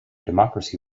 democracy